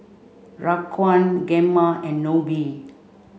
Raquan Gemma and Nobie